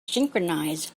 synchronize